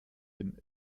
dem